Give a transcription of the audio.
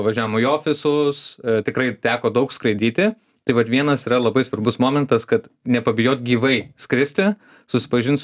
važiavom į ofisus tikrai teko daug skraidyti tai vat vienas yra labai svarbus momentas kad nepabijot gyvai skristi susipažint su